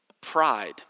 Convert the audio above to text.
Pride